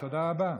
תודה רבה.